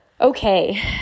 Okay